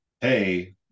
hey –